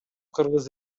кыргыз